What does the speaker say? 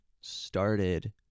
started